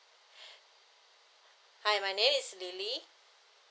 hi my name is lily